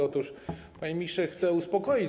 Otóż, panie ministrze, chcę uspokoić.